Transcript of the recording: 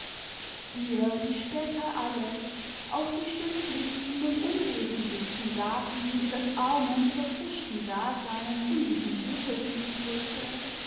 ihr die später alle auch die schimpflichsten und unwesentlichsten daten ihres armen verpfuschten daseins in diesem buche fixierte